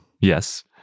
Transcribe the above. Yes